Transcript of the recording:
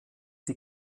die